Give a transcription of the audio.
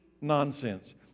nonsense